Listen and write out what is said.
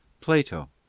Plato